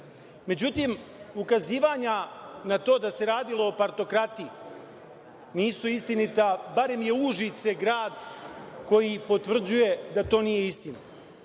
privrede.Međutim, ukazivanja na to da se radilo o partokratiji nisu istinita. Berem je Užice grad koji potvrđuje da to nije istina.